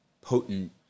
potent